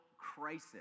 crisis